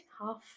half